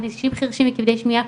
אנשים חרשים וכבדי שמיעה,